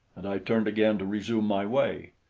and i turned again to resume my way.